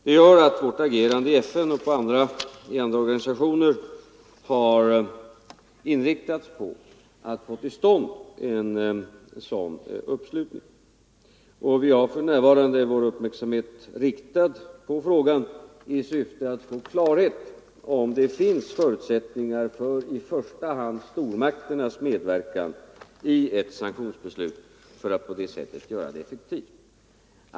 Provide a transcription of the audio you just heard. Detta gör att vårt agerande i FN och i andra organisationer har inriktats på att få till stånd en sådan uppslutning. Vi har för närvarande vår uppmärksamhet riktad på frågan i syfte att få klarhet i huruvida det finns förutsättningar för i första hand stormakternas medverkan i ett sanktionsbeslut för att på det sättet göra det effektivt.